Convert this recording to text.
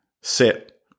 sit